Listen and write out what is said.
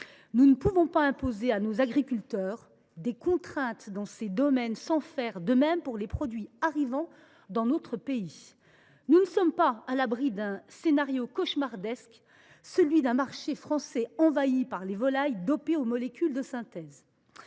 Nous ne pouvons pas imposer à nos agriculteurs des contraintes dans ces domaines sans faire de même pour les produits qui arrivent dans notre pays. Nous ne sommes pas à l’abri du scénario cauchemardesque d’un marché français qui serait envahi par les volailles dopées aux molécules de synthèse.